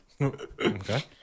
Okay